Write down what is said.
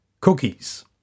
cookies